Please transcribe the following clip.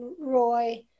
Roy